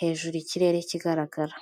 hejuru ikirere kigaragara.